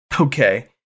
Okay